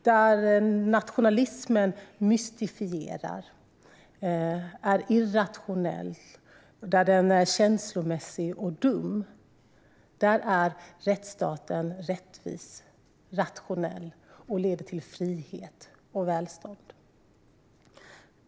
Där nationalismen mystifierar, är irrationell, känslomässig och dum, är rättsstaten rättvis, rationell och leder till frihet och välstånd.